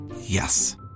Yes